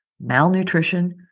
malnutrition